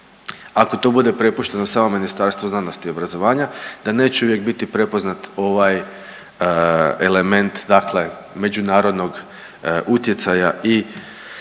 ako to bude prepušteno samom Ministarstvu znanosti i obrazovanja, da neće uvijek biti prepoznat ovaj element, dakle međunarodnog utjecaja i